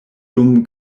dum